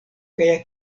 kaj